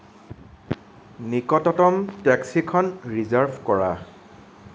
নিকটতম টেক্সিখন ৰিজাৰ্ভ কৰা